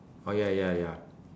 oh ya ya ya